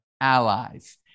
allies